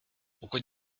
pokud